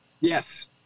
Yes